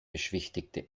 beschwichtigte